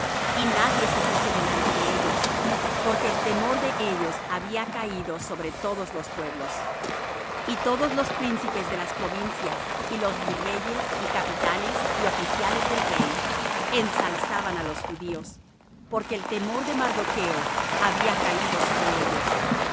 y nadie se puso delante de ellos porque el temor de ellos había caído sobre todos los pueblos y todos los príncipes de las provincias y los virreyes y capitanes y oficiales del rey ensalzaban á los judíos porque el temor de mardocho había caído sobre ellos